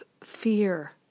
fear